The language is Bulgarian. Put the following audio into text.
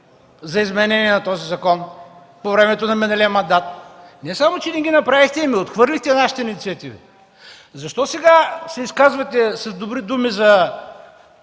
за изменение на този закон по времето на миналия мандат? Не само че не ги направихте, а отхвърлихте нашите инициативи. Защо сега се изказвате с добри думи за